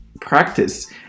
practice